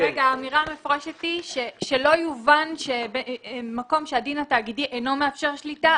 האמירה המפורשת היא שלא יובן שמקום שהדין התאגידי אינו מאפשר שליטה,